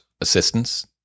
assistance